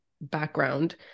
background